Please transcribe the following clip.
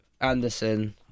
Anderson